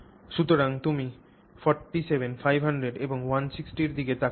সুতরাং তুমি 47 500 এবং 160 এর দিকে তাকিয়ে আছ